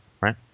right